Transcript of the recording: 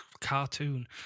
Cartoon